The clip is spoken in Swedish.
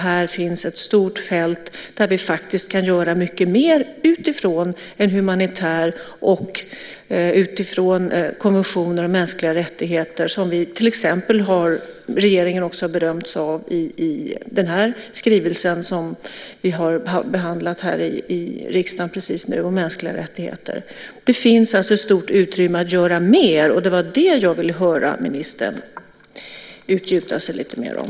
Här finns ett stort fält där mer kan göras med utgångspunkt i konventioner om mänskliga rättigheter som till exempel regeringen har berömt sig av i skrivelsen om mänskliga rättigheter som vi har behandlat i riksdagen. Det finns alltså ett stort utrymme att göra mer. Det var det jag ville höra ministern utgjuta sig mer om.